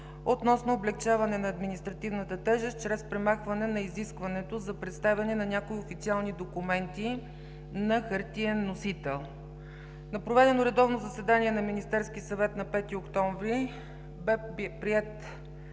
относно облекчаване на административната тежест чрез премахване на изискването за представяне на някои официални документи на хартиен носител. На проведено редовно заседание на Министерски съвет на 5 октомври бе приет